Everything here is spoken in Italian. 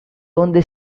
onde